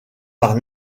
par